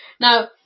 Now